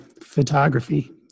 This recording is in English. photography